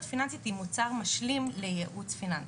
פיננסית היא מוצר משלים לייעוץ פיננסי.